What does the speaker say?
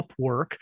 Upwork